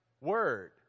word